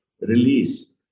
release